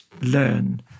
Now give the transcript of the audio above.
learn